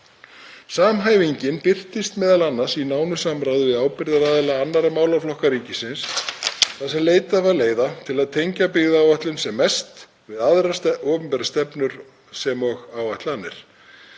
Samhæfingin birtist m.a. í nánu samráði við ábyrgðaraðila annarra málaflokka ríkisins þar sem leitað var leiða til að tengja byggðaáætlun sem mest við aðrar opinberar stefnur og áætlanir.